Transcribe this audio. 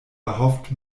erhofft